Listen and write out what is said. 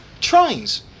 trains